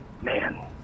Man